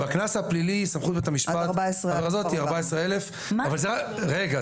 בקנס הפלילי סמכות בית המשפט היא 14,000. אבל זה